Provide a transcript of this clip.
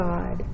God